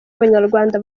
abanyarwanda